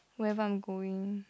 wherever I'm going